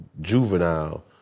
juvenile